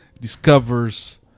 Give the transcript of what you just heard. discovers